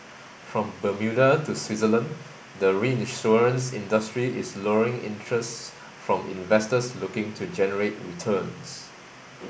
from Bermuda to Switzerland the reinsurance industry is luring interests from investors looking to generate returns